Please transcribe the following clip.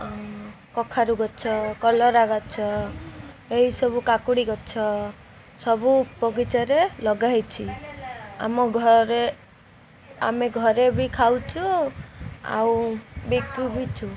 କଖାରୁ ଗଛ କଲରା ଗଛ ଏହିସବୁ କାକୁଡ଼ି ଗଛ ସବୁ ବଗିଚାରେ ଲଗାଇଛି ଆମ ଘରେ ଆମେ ଘରେ ବି ଖାଉଛୁ ଆଉ ବିକ୍ରି ବି କରୁଛୁ